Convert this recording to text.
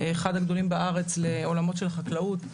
אחד הגדולים בארץ, לעולמות של החקלאות.